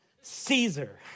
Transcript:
Caesar